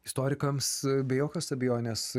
istorikams be jokios abejonės